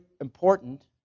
important